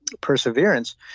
perseverance